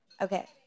Okay